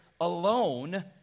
alone